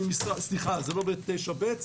סליחה לא בסעיף 9/ב',